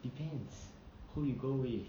depends who you go with